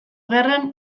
gerran